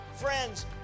friends